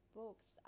books